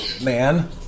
Man